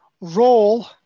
role